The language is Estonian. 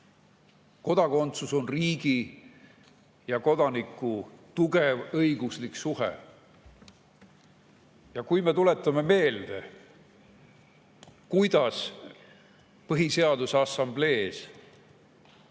Kodakondsus on riigi ja kodaniku tugev õiguslik suhe. Ja kui me tuletame meelde, kuidas Põhiseaduse Assamblees